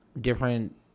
different